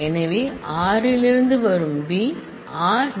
எனவே r இலிருந்து வரும் b ஐ r